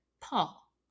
Paul